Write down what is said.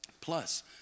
Plus